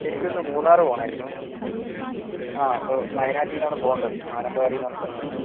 എനിക്കൊന്നു മൂന്നാറുപോണമായിരുന്നു ആ അപ്പോൾ വയനാട്ടീന്നാണ് പോകേണ്ടത് മാനന്തവാടിന്ന് പറഞ്ഞ സ്ഥലത്തുനിന്ന്